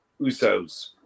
Usos